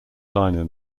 liner